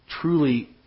truly